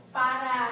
para